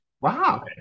wow